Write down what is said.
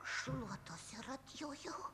šluotos ir atjojau